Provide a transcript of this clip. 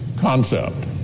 concept